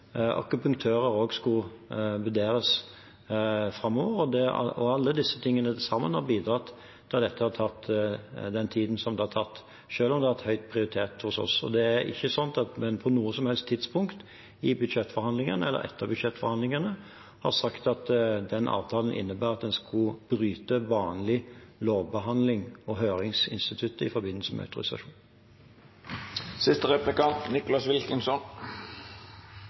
akupunktører også skulle vurderes framover. Alt dette til sammen har bidratt til at dette har tatt den tiden det har tatt – selv om det er høyt prioritert hos oss. Det er ikke sånn at vi på noe som helst tidspunkt i budsjettforhandlingene eller etter budsjettforhandlingene har sagt at den avtalen innebærer at man skulle bryte vanlig lovbehandling og høringsinstituttet i forbindelse med